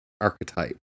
archetype